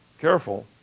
Careful